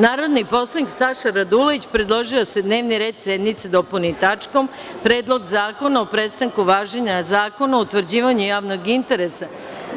Narodni poslanik Saša Radulović predložio je da se dnevni red sednice dopuni tačkom Predlog zakona o prestanku važenja Zakona o utvrđivanju javnog interesa